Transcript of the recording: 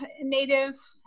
native